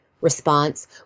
response